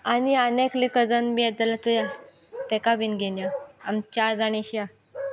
आनी आनी एकले कजन बी येत जाल्यार तुंय ताका बीन घेनया आमी चार जाण अशी या